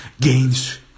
gains